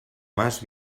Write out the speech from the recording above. más